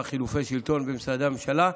בחילופי השלטון במשרדי הממשלה,